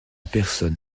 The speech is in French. personne